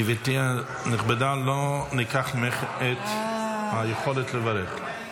גברתי היקרה, לא ניקח ממך את היכולת לברך.